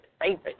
favorite